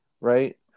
right